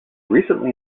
recently